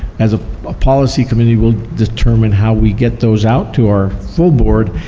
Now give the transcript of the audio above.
as a ah policy committee, we'll determine how we get those out to our full board,